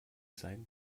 sein